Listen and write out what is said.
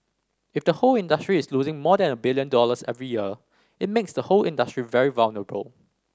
if the whole industry is losing more than a billion dollars every year it makes the whole industry very vulnerable